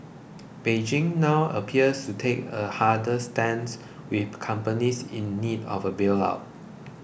Beijing now appears to take a harder stance with companies in need of a bail out